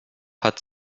hat